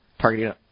targeting